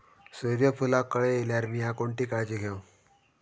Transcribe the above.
सूर्यफूलाक कळे इल्यार मीया कोणती काळजी घेव?